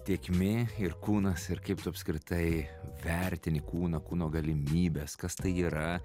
tėkmė ir kūnas ir kaip tu apskritai vertini kūną kūno galimybes kas tai yra